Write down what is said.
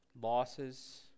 losses